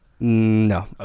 no